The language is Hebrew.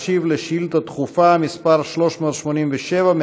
ישיב על שאילתה דחופה מס' 387,